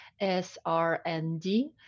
S-R-N-D